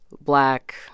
black